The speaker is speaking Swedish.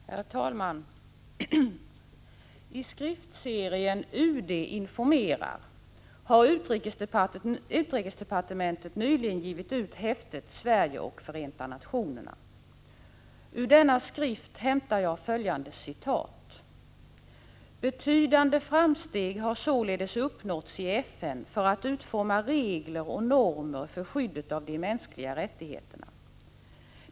Herr talman! I skriftserien UD informerar har utrikesdepartementet nyligen givit ut häftet Sverige och Förenta nationerna. Ur denna skrift hämtar jag följande citat: ”Betydande framsteg har således uppnåtts i FN för att utforma regler och normer för skyddet av de mänskliga rättigheterna.